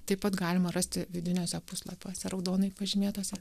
taip pat galima rasti vidiniuose puslapiuose raudonai pažymėtose